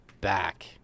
back